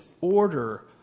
order